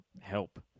help